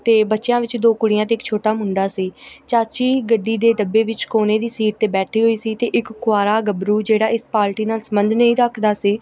ਅਤੇ ਬੱਚਿਆਂ ਵਿੱਚ ਦੋ ਕੁੜੀਆਂ ਅਤੇ ਇੱਕ ਛੋਟਾ ਮੁੰਡਾ ਸੀ ਚਾਚੀ ਗੱਡੀ ਦੇ ਡੱਬੇ ਵਿੱਚ ਕੋਨੇ ਦੀ ਸੀਟ 'ਤੇ ਬੈਠੀ ਹੋਈ ਸੀ ਅਤੇ ਇੱਕ ਕੁਆਰਾ ਗੱਭਰੂ ਜਿਹੜਾ ਇਸ ਪਾਲਟੀ ਨਾਲ ਸੰਬੰਧ ਨਹੀਂ ਰੱਖਦਾ ਸੀ